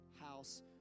house